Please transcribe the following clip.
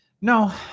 No